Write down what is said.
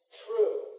true